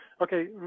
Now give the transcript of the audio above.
Okay